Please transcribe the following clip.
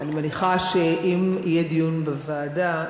אני מניחה שאם יהיה דיון בוועדה,